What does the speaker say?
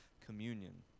communion